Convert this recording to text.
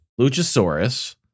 Luchasaurus